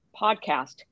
podcast